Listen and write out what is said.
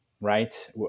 right